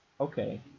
Okay